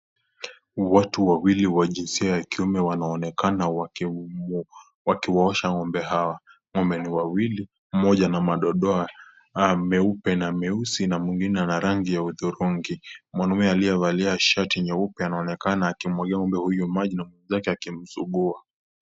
Watu wawili wa jinsia ya kiume wanaonekana wakiwaosha ng'ombe hawa. Ng'ombe ni wawili mmoja ana madodoa meupe na meusi na mwingine ana rangi ya hudhurungi. Mwanaume aliyevalia shati nyeupe anaonekana akimwagia ng'ombe huyu maji na mwenzake akimsugua.